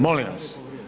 Molim vas.